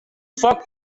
foc